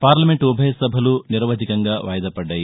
parliament ఉభయసభలు నిర్వధికంగా వాయిదా పడ్డాయి